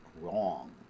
wrong